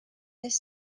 this